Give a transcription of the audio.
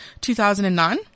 2009